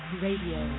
radio